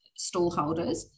stallholders